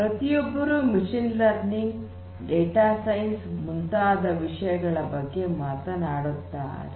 ಪ್ರತಿಯೊಬ್ಬರೂ machine learning data science ಮುಂತಾದ ವಿಷಯಗಳ ಬಗ್ಗೆ ಮಾತನಾಡುತ್ತಿದ್ದಾರೆ